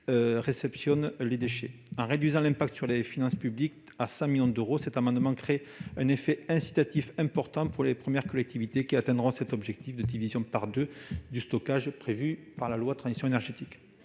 réceptionnent les déchets. En réduisant l'impact sur les finances publiques à 100 millions d'euros, cet amendement crée un effet incitatif très important pour les premières collectivités qui atteindront l'objectif de division par deux du stockage prévu par la loi de transition énergétique.